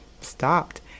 stopped